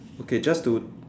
okay just to